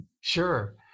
Sure